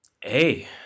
Hey